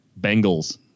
Bengals